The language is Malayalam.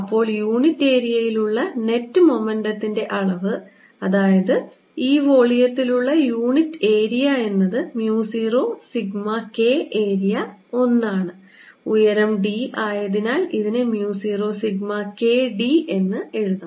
അപ്പോൾ യൂണിറ്റ് ഏരിയയിൽ ഉള്ള നെറ്റ് മൊമെൻ്റിൻ്റെ അളവ് അതായത് ഈ വോളിയത്തിൽ ഉള്ള യൂണിറ്റ് ഏരിയ എന്നത് mu 0 സിഗ്മ K ഏരിയ 1 ആണ് ഉയരം d അതിനാൽ ഇതിനെ mu 0 sigma K d എന്ന് എഴുതാം